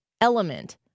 element